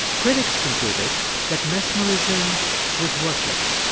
critics concluded that mesmerism was worthless,